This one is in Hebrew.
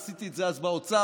עשיתי את זה באוצר.